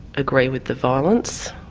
agree with the violence.